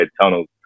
tunnels